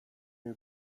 you